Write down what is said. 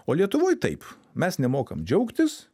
o lietuvoj taip mes nemokam džiaugtis